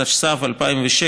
התשס"ו 2006,